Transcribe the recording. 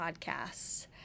podcasts